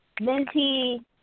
Minty